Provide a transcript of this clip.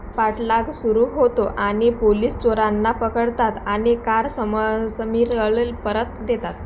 पाठलाग सुरू होतो आणि पोलीस चोरांना पकडतात आणि कार सम समीर परत देतात